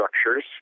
structures